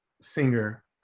singer